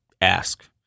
ask